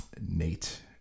nate